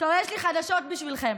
יש לי חדשות בשבילכם: